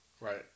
Right